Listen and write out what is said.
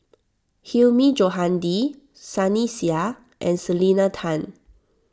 Hilmi Johandi Sunny Sia and Selena Tan